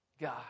God